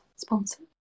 sponsor